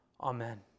Amen